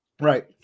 Right